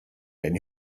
wenn